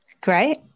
great